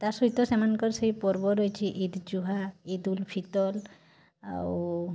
ତା ସହିତ ସେମାନଙ୍କର ସେଇ ପର୍ବ ରହିଛି ଇଦ୍ ଜୁହା ଇଦୁଲଫିତର୍ ଆଉ